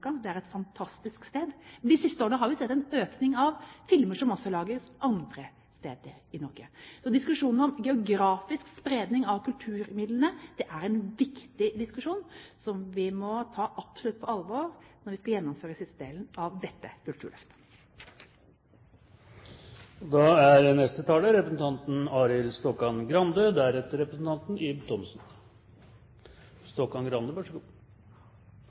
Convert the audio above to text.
det er et fantastisk sted. Men de siste årene har vi sett en økning av filmer som også lages andre steder i Norge. Så diskusjonen om geografisk spredning av kulturmidlene er en viktig diskusjon som vi absolutt må ta på alvor når vi skal gjennomføre siste delen av dette kulturløftet. Vi er